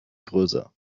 größer